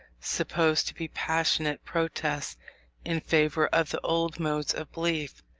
supposed to be passionate protests in favour of the old modes of belief.